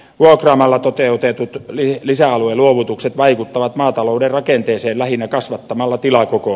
vuokraamalla toteutetut lisäalueluovutukset vaikuttavat maatalouden rakenteeseen lähinnä kasvattamalla tilakokoa